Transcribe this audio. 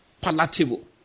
palatable